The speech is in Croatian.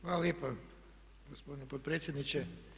Hvala lijepa gospodine potpredsjedniče.